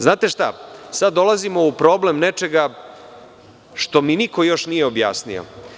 Znate šta, sada dolazimo u problem nečega što mi niko još nije objasnio.